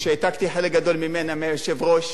שהעתקתי חלק גדול ממנה מהיושב-ראש,